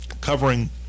covering